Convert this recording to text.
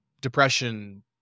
depression